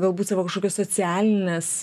galbūt savo kašokias socialines